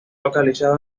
localizado